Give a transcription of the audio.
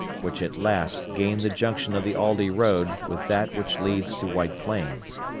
which at last gained the junction of the aldie road with that which leads to white plains.